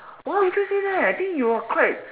why would you say that I think you're quite